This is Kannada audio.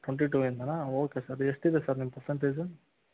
ಟ್ವೆಂಟಿ ಟೂ ಇಂದನಾ ಓಕೆ ಸರ್ ಎಷ್ಟಿದೆ ಸರ್ ನಿಮ್ಮ ಪರ್ಸೆಂಟೇಜು